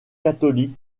catholique